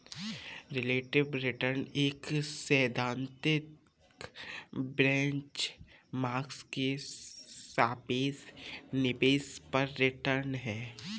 relative return एक सैद्धांतिक benchmark के सापेक्ष निवेश पर रिटर्न है